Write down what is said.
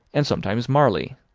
and sometimes marley,